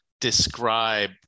describe